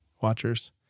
watchers